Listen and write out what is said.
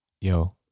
Yo